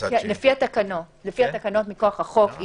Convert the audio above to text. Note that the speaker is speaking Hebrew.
לפי התקנות מכוח החוק,